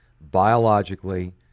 biologically